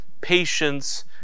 patience